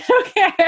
Okay